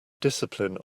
discipline